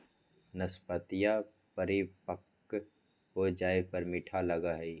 नाशपतीया परिपक्व हो जाये पर मीठा लगा हई